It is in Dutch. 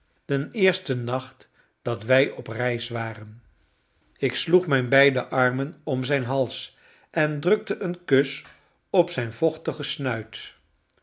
den eersten nacht dat wij op reis waren ik sloeg mijn beide armen om zijn hals en drukte een kus op zijn vochtigen snuit